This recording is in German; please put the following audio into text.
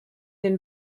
den